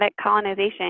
colonization